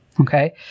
Okay